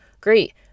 Great